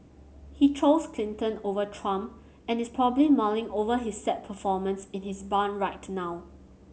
he chose Clinton over Trump and is probably mulling over his sad performance in his barn right now